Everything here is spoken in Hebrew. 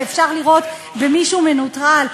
שאפשר לירות במישהו מנוטרל.